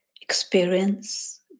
experience